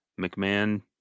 McMahon